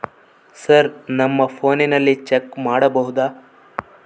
Sir ನಮ್ಮ ಫೋನಿನಲ್ಲಿ check ಮಾಡಬಹುದಾ?